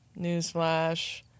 Newsflash